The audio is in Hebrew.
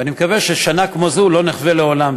ואני מקווה ששנה כמו זו לא נחווה לעולם,